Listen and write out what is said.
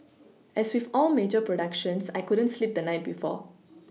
as with all major productions I couldn't sleep the night before